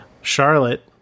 Charlotte